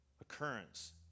occurrence